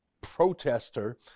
protester